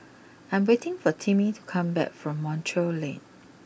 I am waiting for Timmy to come back from Montreal Link